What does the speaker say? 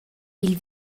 pil